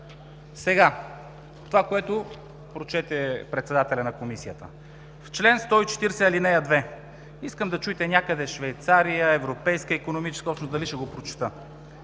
Сега това, което прочете председателят на Комисията. Искам да чуете някъде Швейцария, Европейска икономическа общност дали ще го прочета: